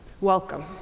Welcome